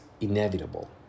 inevitable